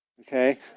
Okay